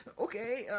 Okay